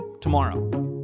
tomorrow